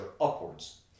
upwards